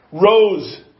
Rose